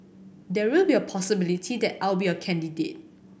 there will be a possibility that I'll be a candidate